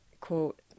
quote